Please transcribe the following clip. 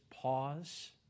pause